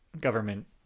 government